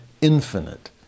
infinite